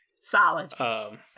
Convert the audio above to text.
Solid